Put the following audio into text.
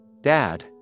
Dad